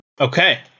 Okay